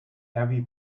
heavy